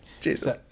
Jesus